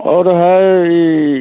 और है ई